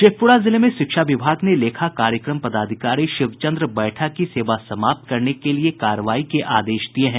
शेखप्रा जिले में शिक्षा विभाग ने लेखा कार्यक्रम पदाधिकारी शिवचंद्र बैठा की सेवा समाप्त करने के लिये कार्रवाई के आदेश दिये हैं